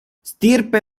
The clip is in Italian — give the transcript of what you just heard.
stirpe